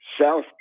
South